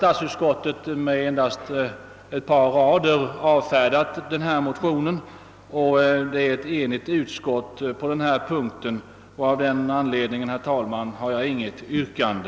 statsutskottet avfärdat vår motion på några få rader och varit helt enigt på denna punkt, och av den anledningen har jag, herr talman, inte något yrkande.